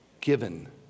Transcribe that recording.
given